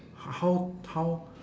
h~ how how